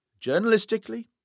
journalistically